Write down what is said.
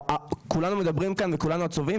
כולנו מדברים כאן וכולנו עצובים,